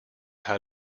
how